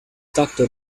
doctor